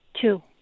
Two